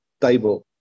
table